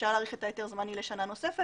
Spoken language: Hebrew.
אפשר להאריך את ההיתר הזמני לשנה נוספת